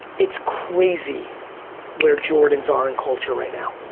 it's crazy where jordans are in culture right now.